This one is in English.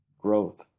growth